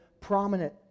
prominent